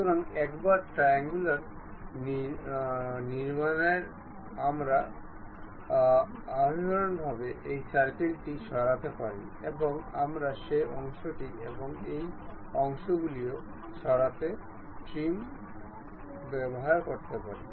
সুতরাং একবার এই ট্রায়াঙ্গুলার নির্মাণ আমরা অভ্যন্তরীণভাবে এই সার্কেলটি সরাতে পারি এবং আমরা সেই অংশটি এবং এই অংশটিও সরাতে ট্রিম সত্তাগুলি ব্যবহার করতে পারি